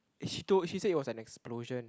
she told she said is an explosion